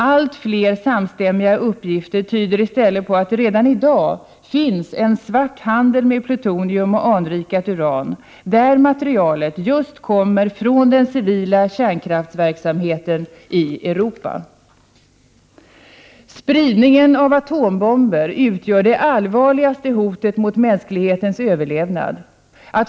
Allt fler samstämmiga uppgifter tyder i stället på att det redan i dag finns en svart handel med plutonium och anrikat uran, där materialet kommer från just den civila kärnkraftsverksamheten i Europa. Spridningen av atombomber utgör det allvarligaste hotet mot mänsklighetens överlevnad.